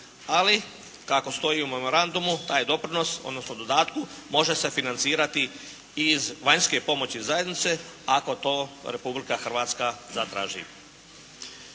Ali kako stoji u memorandumu, taj doprinos odnosno dodatku, može se financirati i iz vanjske pomoći zajednice ako to Republika Hrvatska zatraži.